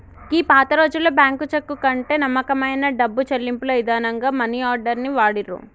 గీ పాతరోజుల్లో bank cheque కంటే నమ్మకమైన డబ్బు చెల్లింపుల ఇదానంగా మనీ ఆర్డర్ ని వాడిర్రు